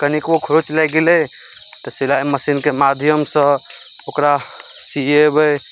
कनिको खरोच लागि गेलै तऽ सिलाइ मशीनके माध्यमसँ ओकरा सियेबै